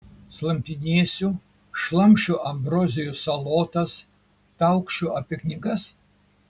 slampinėsiu šlamšiu ambrozijų salotas taukšiu apie knygas